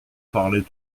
parlait